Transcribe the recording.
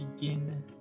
begin